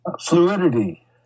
fluidity